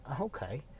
okay